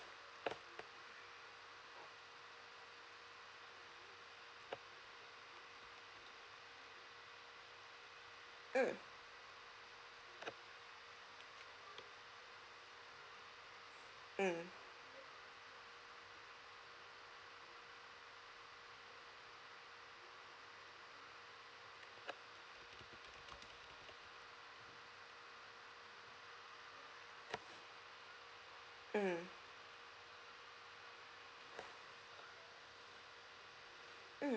mm mm mm mm